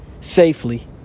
safely